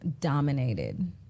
dominated